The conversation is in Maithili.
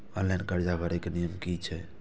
ऑनलाइन कर्जा भरे के नियम की छे?